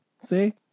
see